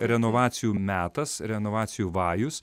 renovacijų metas renovacijų vajus